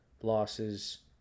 losses